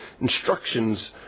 instructions